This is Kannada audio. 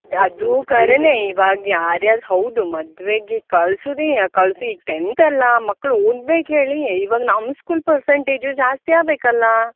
ಅದೂ ಖರೇನೆ ಇವಾಗ ಯಾರು ಯಾರು ಹೌದು ಮದುವೆಗೆ ಕಳ್ಸೋದೆಯಾ ಕಳಿಸಿ ಈಗ ಟೆಂತ್ ಅಲ್ಲಾ ಮಕ್ಕಳು ಓದ್ಬೇಕು ಹೇಳಿಯೇ ಇವಾಗ ನಮ್ಮ ಸ್ಕೂಲ್ ಪರ್ಸೆಂಟೇಜು ಜಾಸ್ತಿ ಆಗ್ಬೇಕ್ ಅಲ್ಲಾ